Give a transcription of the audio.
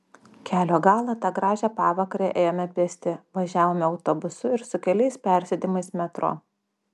kelio galą tą gražią pavakarę ėjome pėsti važiavome autobusu ir su keliais persėdimais metro